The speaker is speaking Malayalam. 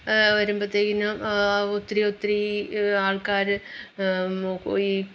വരുമ്പോഴത്തേന് പിന്നെ ഒത്തിരി ഒത്തിരി ഈ ആൾക്കാർ നോക്കു ഈ